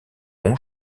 bon